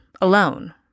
alone